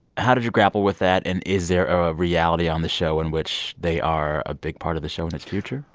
how did you grapple with that? and is there a reality on the show in which they are a big part of the show and its future?